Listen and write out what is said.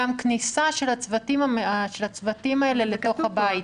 גם כניסה של הצוותים האלה אל תוך הבית,